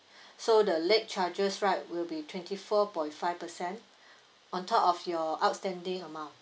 so the late charges right will be twenty four point five percent on top of your outstanding amount